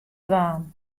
dwaan